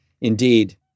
Indeed